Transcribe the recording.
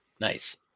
Nice